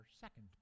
second